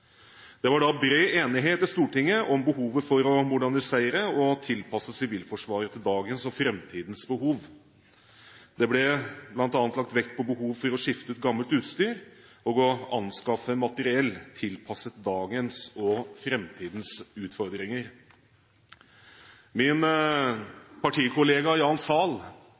Det var da bred enighet i Stortinget om behovet for å modernisere og tilpasse Sivilforsvaret til dagens og framtidens behov. Det ble bl.a. lagt vekt på behovet for å skifte ut gammelt utstyr og å anskaffe materiell tilpasset dagens og framtidens utfordringer. Min partikollega Jan